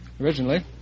originally